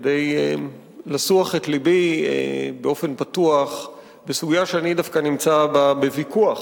כדי לשיח את אשר על לבי באופן פתוח בסוגיה שאני דווקא נמצא בה בוויכוח